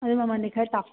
ꯑꯗꯨ ꯃꯃꯟꯗꯤ ꯈꯔ ꯇꯥꯎ